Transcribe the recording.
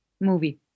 Movie